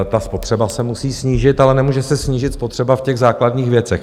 Ta spotřeba se musí snížit, ale nemůže se snížit spotřeba v těch základních věcech.